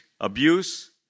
abuse